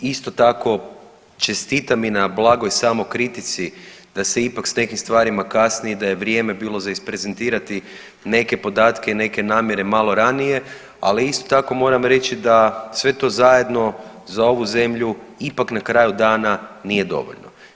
Isto tako čestitam i na blagoj samokritici da se ipak s nekim stvarima kasni i da je vrijeme bolo izprezentirati neke podatke i neke namjere malo ranije, ali isto tako moram reći da sve to zajedno za ovu zemlju ipak na kraju dana nije dovoljno.